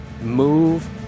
move